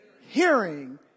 Hearing